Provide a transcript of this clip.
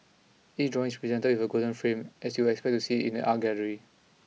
each drawing is presented within a gold frame as you would expect to see in an art gallery